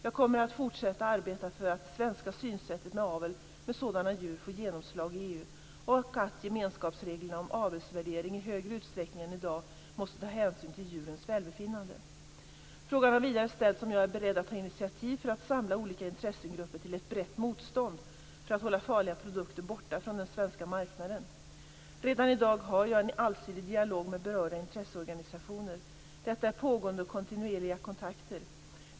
Jag kommer att fortsätta arbeta för att det svenska synsättet på avel med sådana djur får genomslag i EU och att gemenskapsreglerna om avelsvärdering i större utsträckning än i dag måste ta hänsyn till djurens välbefinnande. Frågan har vidare ställts om jag är beredd att ta initiativ för att samla olika intressegrupper till ett brett motstånd för att hålla farliga produkter borta från den svenska marknaden. Redan i dag har jag en allsidig dialog med berörda intresseorganisationer. Detta är pågående och kontinuerliga kontakter.